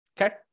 Okay